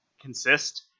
consist